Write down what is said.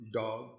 dog